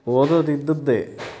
ಓದೋದು ಇದ್ದಿದ್ದೆ